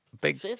big